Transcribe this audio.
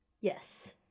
yes